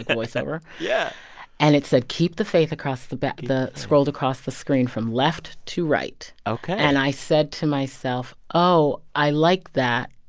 voice-over yeah and it said keep the faith across the back the scrolled across the screen from left to right ok and i said to myself, oh, i like that.